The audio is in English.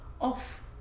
off